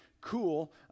cool